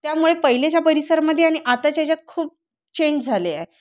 त्यामुळे पहिलेच्या परिसरमध्ये आणि आताच्या ह्याच्यात खूप चेंज झाले आहे